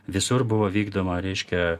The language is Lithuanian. visur buvo vykdoma reiškia